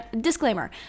Disclaimer